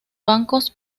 bancos